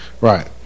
right